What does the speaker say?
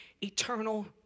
eternal